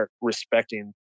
respecting